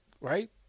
right